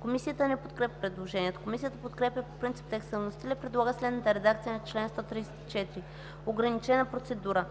Комисията не подкрепя предложението. Комисията подкрепя по принцип текста на вносителя и предлага следната редакция на чл. 134: „Ограничена процедура